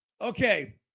Okay